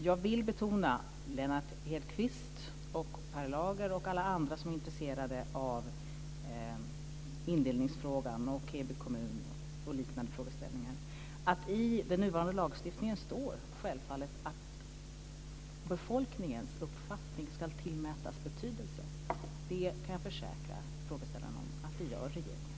Jag vill betona, Lennart Hedquist och Per Lager och alla andra som är intresserade av indelningsfrågan, Heby kommun och liknande frågeställningar, att i den nuvarande lagstiftningen står det självfallet att befolkningens uppfattning i frågan ska tillmätas betydelse. Det kan jag försäkra frågeställaren att regeringen gör.